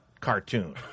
cartoon